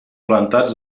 plantats